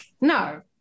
No